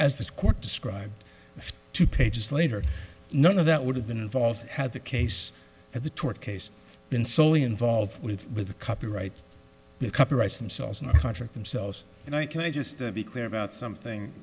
as this court described two pages later none of that would have been involved had the case at the tort case been solely involved with with the copyright copyrights themselves in the contract themselves and i could just be clear about something